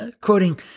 quoting